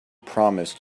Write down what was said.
promised